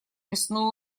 мясную